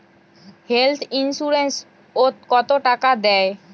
Health insurance ওত কত টাকা দেয়?